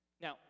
Now